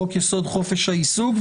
חוק יסוד: חופש העיסוק,